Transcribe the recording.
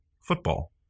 football